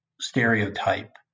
stereotype